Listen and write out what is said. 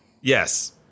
Yes